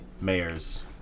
mayor's